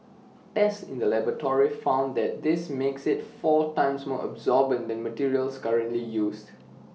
tests in the laboratory found that this makes IT four times more absorbent than materials currently used